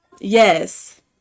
yes